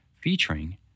featuring